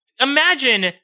imagine